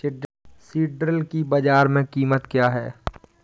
सिल्ड्राल की बाजार में कीमत क्या है?